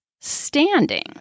standing